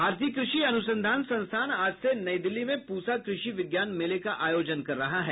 भारतीय कृषि अनुसंधान संस्थान आज से नई दिल्ली में प्रसा कृषि विज्ञान मेले का आयोजन कर रहा है